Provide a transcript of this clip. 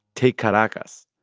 take caracas.